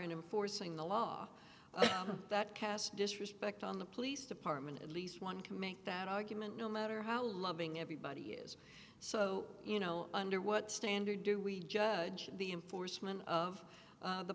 enforcing the law that casts disrespect on the police department at least one can make that argument no matter how loving everybody is so you know under what standard do we judge the enforcement of